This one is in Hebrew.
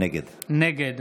נגד